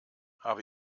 habe